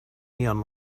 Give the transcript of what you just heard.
neon